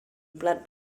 plat